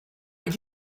did